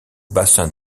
bassin